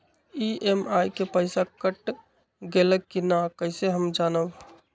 EMI के पईसा cut गेलक कि ना कइसे हम जानब?